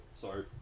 Sorry